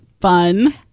Fun